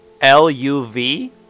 L-U-V